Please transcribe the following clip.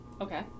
Okay